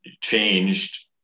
changed